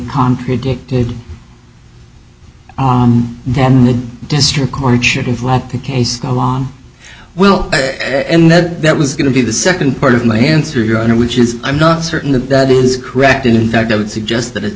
contradict it then the district court should involve the case along well and that that was going to be the second part of my answer your honor which is i'm not certain that that is correct in fact i would suggest that it's